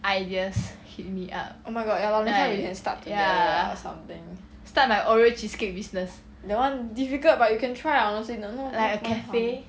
oh my god ya loh we can start together or something that [one] difficult but you can try lah honestly like there's no harm